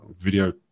video